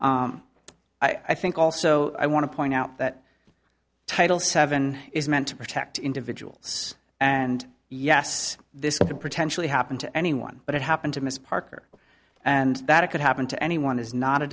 i think also i want to point out that title seven is meant to protect individuals and yes this would potentially happen to anyone but it happened to miss parker and that it could happen to anyone is not a